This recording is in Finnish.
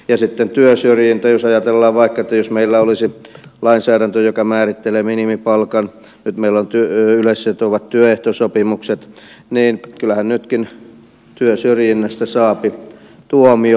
ja sitten työsyrjintä jos ajatellaan vaikka että jos meillä olisi lainsäädäntö joka määrittelee minimipalkan nyt meillä on yleissitovat työehtosopimukset niin kyllähän nytkin työsyrjinnästä saa tuomion